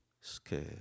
scared